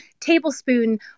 tablespoon